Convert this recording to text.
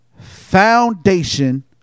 foundation